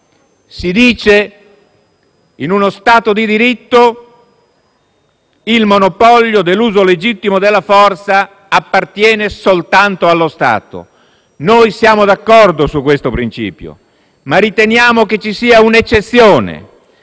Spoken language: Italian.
Si dice che in uno Stato di diritto il monopolio dell'uso legittimo della forza appartiene soltanto allo Stato. Noi siamo d'accordo su questo principio, ma riteniamo che ci sia un'eccezione,